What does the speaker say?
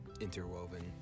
interwoven